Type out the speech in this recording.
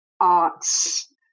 arts